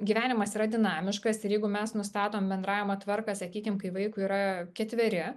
gyvenimas yra dinamiškas ir jeigu mes nustatom bendravimo tvarką sakykim kai vaikui yra ketveri